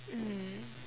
mm